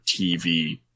TV